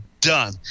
done